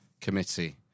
Committee